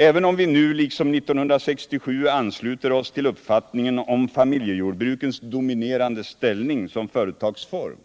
Även om vi nu liksom 1967 ansluter oss till uppfattningen om fa miljejordbrukens dominerande ställning som företagsform